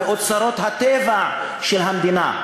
לאוצרות הטבע של המדינה.